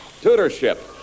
tutorship